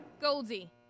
Goldie